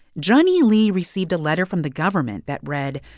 zhenyi li received a letter from the government that read,